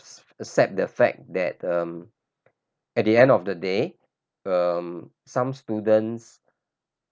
accept the fact that um at the end of the day um some students